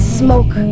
smoke